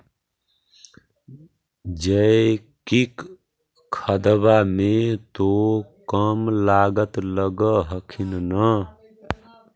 जैकिक खदबा मे तो कम लागत लग हखिन न?